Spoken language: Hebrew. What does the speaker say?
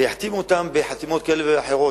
ויחתימו אותם בחתימות כאלה ואחרות.